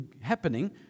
happening